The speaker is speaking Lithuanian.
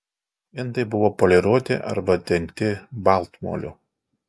indai buvo poliruoti arba dengti baltmoliu